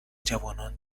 جوانان